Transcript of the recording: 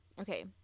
Okay